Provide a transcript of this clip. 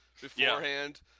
beforehand